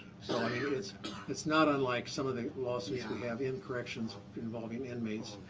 so ah yeah ah it's it's not unlike some of the law so we have in corrections involving inmates.